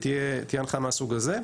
תהיה הנחייה מהסוג הזה.